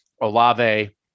Olave